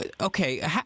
Okay